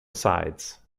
sides